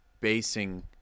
basing